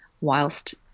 whilst